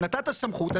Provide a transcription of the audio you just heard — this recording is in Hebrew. אם נתת סמכות,